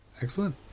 Excellent